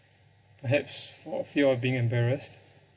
perhaps or feel of being embarrassed